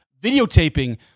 videotaping